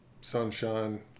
sunshine –